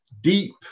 deep